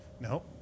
No